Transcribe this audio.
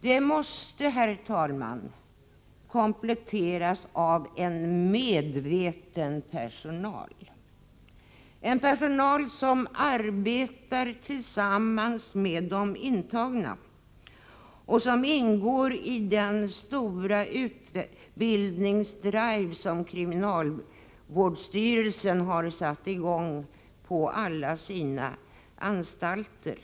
Den måste, herr talman, kompletteras av en medveten personal som arbetar tillsammans med de intagna och som ingår i den stora utbildningsdrive som kriminalvårdsstyrelsen har satt i gång med på alla sina anstalter.